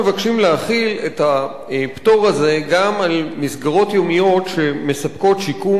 אנחנו מבקשים להחיל את הפטור הזה גם על מסגרות יומיות שמספקות שיקום,